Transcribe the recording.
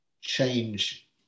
change